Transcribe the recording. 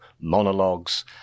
monologues